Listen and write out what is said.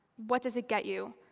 what does it get you?